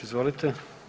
Izvolite.